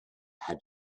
had